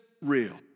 real